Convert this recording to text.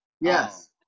yes